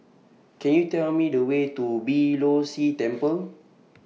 Could YOU Tell Me The Way to Beeh Low See Temple